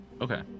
Okay